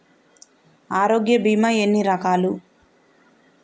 ఆరోగ్య బీమా ఎన్ని రకాలు?